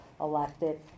elected